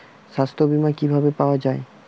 সাস্থ্য বিমা কি ভাবে পাওয়া যায়?